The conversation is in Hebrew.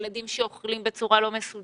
ילדים שאוכלים בצורה לא מסודרת,